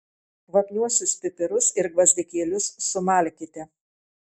kvapniuosius pipirus ir gvazdikėlius sumalkite